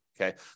Okay